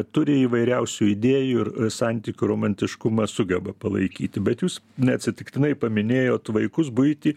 turi įvairiausių idėjų ir santykių romantiškumą sugeba palaikyti bet jūs neatsitiktinai paminėjot vaikus buitį